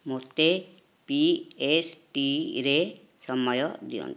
ମୋତେ ପିଏସ୍ଟିରେ ସମୟ ଦିଅନ୍ତୁ